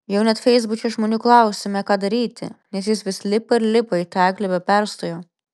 jau net feisbuke žmonių klausėme ką daryti nes jis vis lipa ir lipa į tą eglę be perstojo